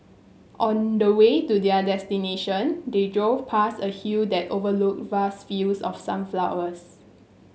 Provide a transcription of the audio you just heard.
on the way to their destination they drove past a hill that overlooked vast fields of sunflowers